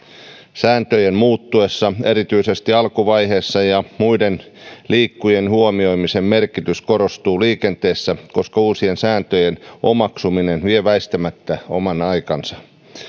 sääntöjen muuttuessa erityisesti alkuvaiheessa muiden liikkujien huomioimisen merkitys korostuu liikenteessä koska uusien sääntöjen omaksuminen vie väistämättä oman aikansa